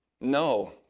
No